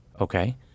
Okay